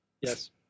Yes